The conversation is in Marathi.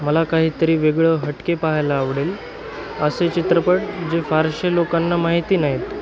मला काहीतरी वेगळं हटके पाहायला आवडेल असे चित्रपट जे फारसे लोकांना माहिती नाहीत